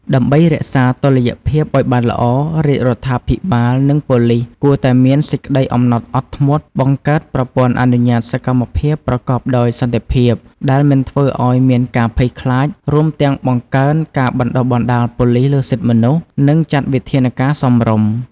ដើម្បីរក្សាតុល្យភាពអោយបានល្អ រាជរដ្ឋាភិបាល និងប៉ូលិសគួរតែមានសេចក្ដីអំណត់អត់ធ្មត់ បង្កើតប្រព័ន្ធអនុញ្ញាតសកម្មភាពប្រកបដោយសន្តិភាពដែលមិនធ្វើអោយមានការភ័យខ្លាច រួមទាំងបង្កើនការបណ្តុះបណ្តាលប៉ូលិសលើសិទ្ធិមនុស្ស និងចាត់វិធានការសមរម្យ។